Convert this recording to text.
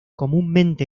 comúnmente